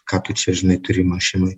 ką tu čia žinai turi mašinoj